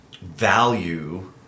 value